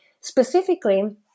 specifically